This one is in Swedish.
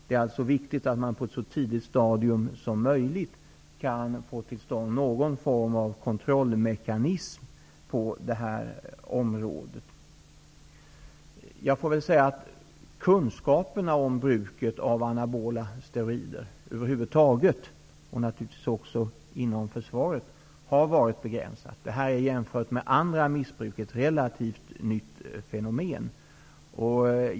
Det är alltså viktigt att man på ett så tidigt stadium som möjligt kan få till stånd någon form av kontrollmekanism på det här området. Kunskaperna om bruket av anabola steroider över huvud taget, och naturligtvis också inom försvaret, har varit begränsade. Detta är jämfört med andra missbruk ett relativt nytt fenomen.